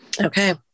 Okay